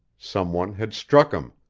some one had struck him.